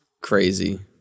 Crazy